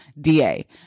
DA